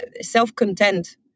self-content